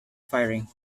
firing